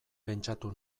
pentsatu